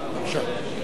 בבקשה.